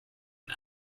and